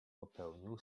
popełnił